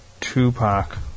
Tupac